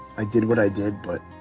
i did what i did but.